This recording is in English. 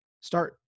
Start